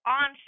on